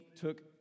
took